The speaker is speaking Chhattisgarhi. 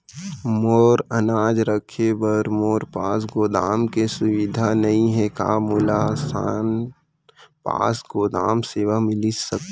मोर अनाज रखे बर मोर पास गोदाम के सुविधा नई हे का मोला आसान पास गोदाम सेवा मिलिस सकथे?